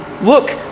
look